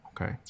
Okay